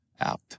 out